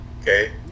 okay